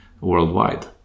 worldwide